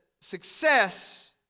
success